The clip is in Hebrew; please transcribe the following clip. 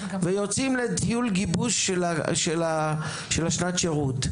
ויוצאים לטיול גיבוש של שנת השירות.